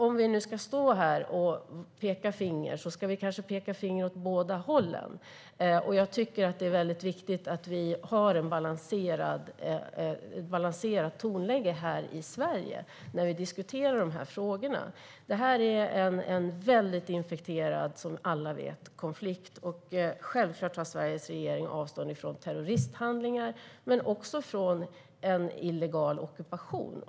Om vi nu ska stå här och peka finger ska vi kanske peka finger åt båda hållen. Jag tycker att det är viktigt att vi har ett balanserat tonläge här i Sverige när vi diskuterar de här frågorna. Det här är, som alla vet, en väldigt infekterad konflikt. Självklart tar Sveriges regering avstånd från terroristhandlingar men också från illegal ockupation.